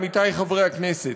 עמיתי חברי הכנסת,